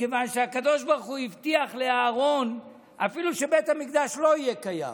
מכיוון שהקדוש ברוך הוא הבטיח לאהרן שאפילו כשבית המקדש לא יהיה קיים